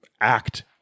act